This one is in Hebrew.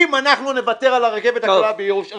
אם אנחנו נוותר על הרכבת הקלה בירושלים.